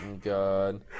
God